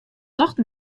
tocht